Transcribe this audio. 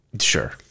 Sure